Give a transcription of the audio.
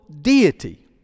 deity